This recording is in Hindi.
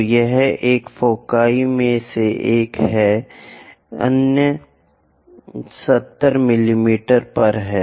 तो यह एक फोकी में से एक है अन्य 70 मिमी पर है